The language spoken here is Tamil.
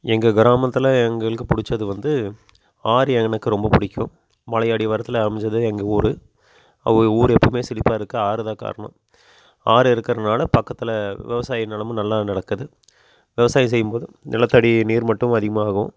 எங்கள் கிராமத்தில் எங்களுக்குப் பிடிச்சது வந்து ஆறு எனக்கு ரொம்பப் பிடிக்கும் மலை அடி வாரத்தில் அமைஞ்சது எங்க ஊர் அவக ஊர் எப்போமே செழிப்பாக இருக்கற ஆறுதான் காரணம் ஆறு இருக்கிறனால பக்கத்தில் விவசாய நிலமும் நல்லா நடக்குது விவசாயம் செய்யும் போது நிலத்தடி நீர்மட்டம் அதிகமாகும்